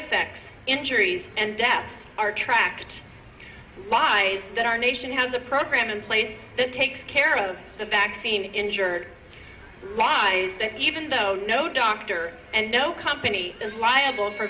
effects injuries and deaths are tracked why that our nation has a program in place that takes care of the vaccine injured why even though no doctor and no company is liable for